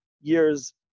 years